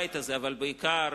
בבית הזה אך בעיקר,